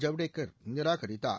ஜவடேகர் நிராகரித்தார்